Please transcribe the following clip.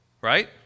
right